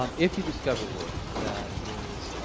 um if you discover work that is,